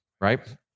right